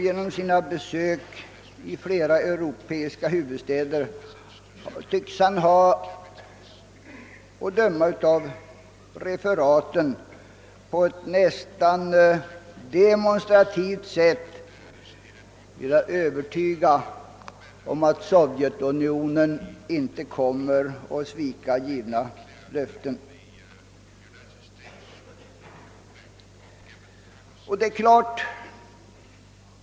Genom sina besök i flera europeiska huvudstäder tycks han att döma av tidningsreferaten på ett nästan demonstrativt sätt ha velat övertyga om att Förenta staterna inte kommer att svika givna löften.